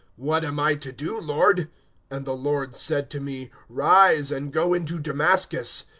what am i to do, lord and the lord said to me, rise, and go into damascus.